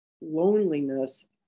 loneliness